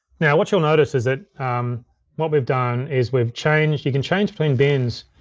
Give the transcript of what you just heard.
now what you'll notice is that what we've done is we've changed, you can change between bins.